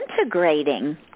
integrating